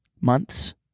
months